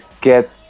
get